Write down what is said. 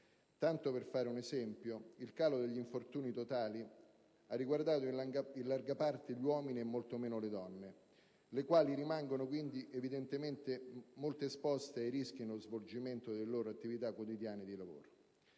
Tanto per fare un esempio, il calo degli infortuni totali ha riguardato in larga parte gli uomini e molto meno le donne, le quali quindi rimangono evidentemente molto esposte ai rischi nello svolgimento delle loro attività quotidiane di lavoro.